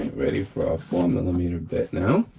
ready for our four millimeter bit now.